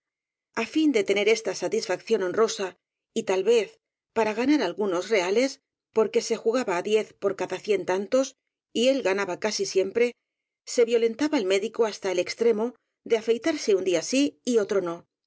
á fin de tener esta satisfacción honrosa y tal vez para ganar algunos reales por que se jugaba á diez por cada cien tantos y él ga naba casi siempre se violentaba el médico hasta el extremo de afeitarse un día sí y otro no